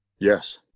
Yes